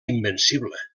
invencible